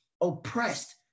oppressed